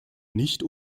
nicht